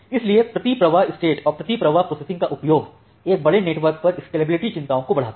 इसलिए प्रति प्रवाह स्टेट और प्रति प्रवाह प्रोसेसिंग का उपयोग एक बड़े नेटवर्क पर स्केलेबिलिटी चिंताओं को बढ़ाता है